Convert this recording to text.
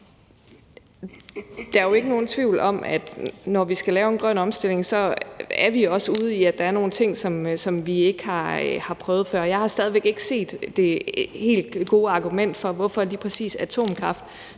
Der er jo ikke nogen tvivl om, at når vi skal lave en grøn omstilling, er vi også ude i, at der er nogle ting, som vi ikke har prøvet før. Jeg har stadig væk ikke set det helt gode argument for, hvorfor lige præcis atomkraft